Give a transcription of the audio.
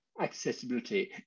accessibility